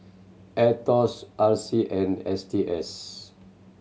Aetos R C and S T S